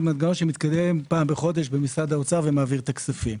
זה מנגנון שמתקיים פעם בחודש במשרד האוצר ומעביר את הכספים.